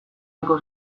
ohiko